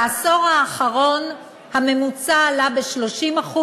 בעשור האחרון הממוצע עלה ב-30%,